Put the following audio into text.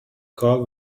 کال